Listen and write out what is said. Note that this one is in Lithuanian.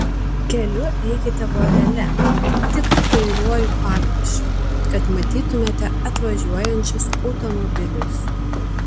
keliu eikite vorele tik kairiuoju pakraščiu kad matytumėte atvažiuojančius automobilius